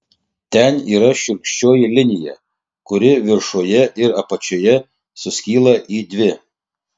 ten yra šiurkščioji linija kuri viršuje ir apačioje suskyla į dvi